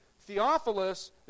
Theophilus